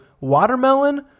Watermelon